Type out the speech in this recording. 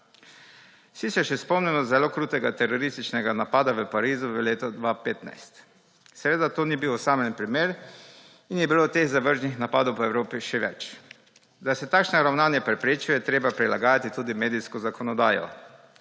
Vsi se še spomnimo zelo krutega terorističnega napada v Parizu v letu 2015. Seveda to ni bil osamljen primer in je bilo teh zavržnih napadov po Evropi še več. Da se takšna ravnanja preprečijo, je treba prilagajati tudi medijsko zakonodajo.